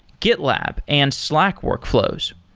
gitlab and slack workflows.